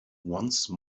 once